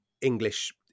English